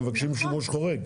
הם מבקשים שימוש חורג.